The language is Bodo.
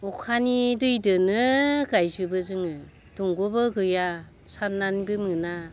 अखानि दैदोनो गायजोबो जोङो दंग'बो गैया सारनानैबो मोना